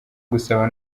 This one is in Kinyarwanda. gusaba